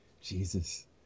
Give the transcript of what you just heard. Jesus